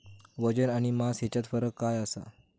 वजन आणि मास हेच्यात फरक काय आसा?